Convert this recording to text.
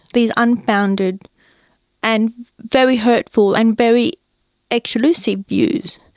these unfounded and very hurtful and very exclusive views.